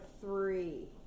three